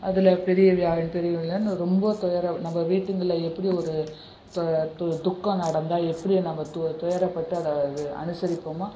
அதில் பெரிய வியாழன் பெரிய வியாழன்னு ரொம்ப துயரம் நம்ம வீட்டுங்களில் எப்படி ஒரு தொ து துக்கம் நடந்தால் எப்படி நம்ப து துயரப்பட்டு அதை இது அனுசரிப்போமோ